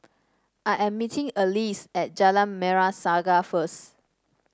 I am meeting Alease at Jalan Merah Saga first